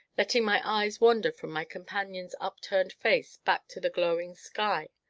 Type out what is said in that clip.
letting my eyes wander from my companion's upturned face back to the glowing sky,